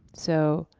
so.